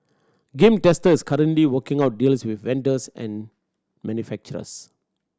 Game Tester is currently working out deals with vendors and manufacturers